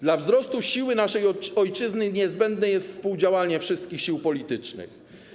Dla wzrostu siły naszej ojczyzny niezbędne jest współdziałanie wszystkich sił politycznych.